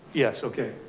yes, okay,